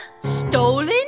stolen